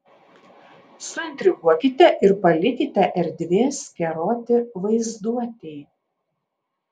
suintriguokite ir palikite erdvės keroti vaizduotei